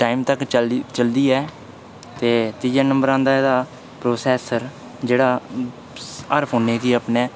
time तक्क चलदी ऐ ते त्रीआ नंबर आंदा एह्दा प्रोसेसर जेह्ड़ा हर फोनै गी अपने